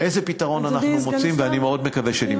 איזה פתרון אנחנו מוצאים, ואני מאוד מקווה שנמצא.